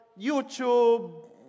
YouTube